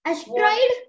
Asteroid